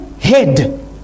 head